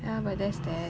ya but there's that